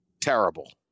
terrible